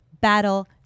battle